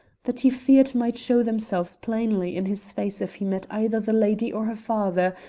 that he feared might show themselves plainly in his face if he met either the lady or her father,